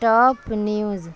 top news